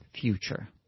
future